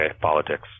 politics